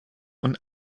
und